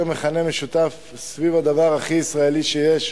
מכנה משותף סביב הדבר הכי ישראלי שיש,